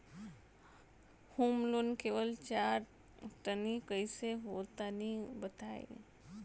हम लोन लेवल चाह तनि कइसे होई तानि बताईं?